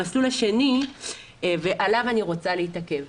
המסלול השני עליו אני רוצה להתעכב,